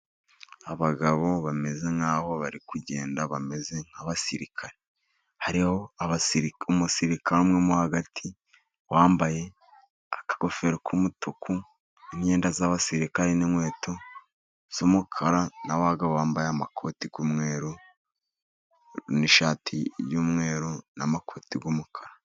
Abagabo bameze nk'aho bari kugenda bameze nk'abasirikare, hariho umusirikare umwe mo hagati wambaye akagofero k'umutuku, imyenda y'abasirikare n'inkweto z'umukara, n'abagabo bambaye amakoti y'umweru n'ishati y'umweru n'amakoti y'umukara.